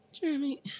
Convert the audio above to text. Jeremy